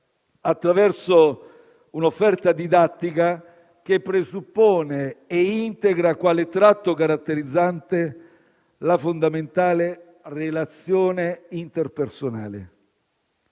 attraverso un'offerta didattica che presuppone e integra, quale tratto caratterizzante, la fondamentale relazione interpersonale.